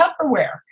Tupperware